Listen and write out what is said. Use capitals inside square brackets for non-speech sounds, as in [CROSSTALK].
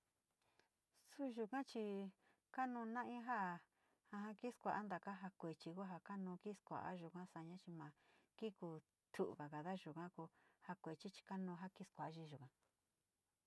Su yuga chi ka nuu nai [LAUGHS] kii skua’a ja kuechi nu kii skua’a yuga saaña ni ma kutu’uyade yuka ko ja kueechi ja ki skua’a yuga.